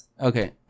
Okay